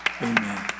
Amen